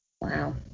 Wow